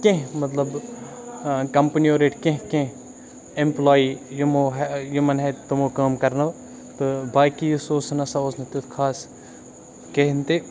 کینٛہہ مطلب کَمپٔنیو رٔٹۍ کینٛہہ کینٛہہ اِمپلایی یِمو یِمَن اَتھِ تِمو کٲم کَرنٲو تہٕ باقی یُس اوس سُہ نہ سا اوس نہٕ تیُتھ خاص کِہیٖنۍ تہِ